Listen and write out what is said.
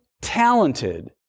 talented